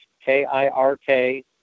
K-I-R-K